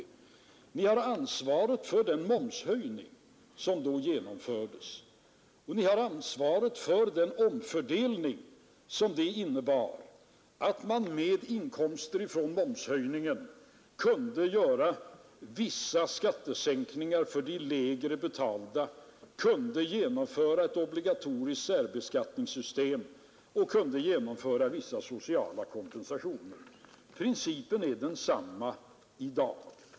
Jag vill då till herr Helén säga: Ni har ansvaret för den momshöjning som då genomfördes, ni har ansvaret för den omfördelning som det innebar att man med inkomster från momshöjningen kunde göra vissa skattesänkningar för de lägre betalda, kunde genomföra ett obligatoriskt särbeskattningssystem och införa vissa sociala kompensationer. Principen är densamma i dag.